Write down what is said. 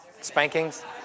Spankings